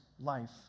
life